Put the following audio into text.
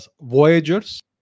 voyagers